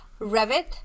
Revit